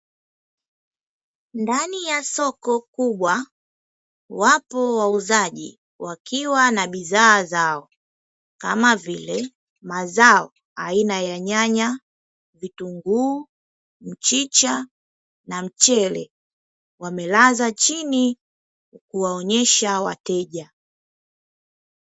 Ndani ya soko kubwa wapo wauzaji wakiwa na bidhaa zao kama vile: mazao aina ya nyanya, vitunguu, mchicha, na mchele wamelaza chini kuwaonyesha wateja.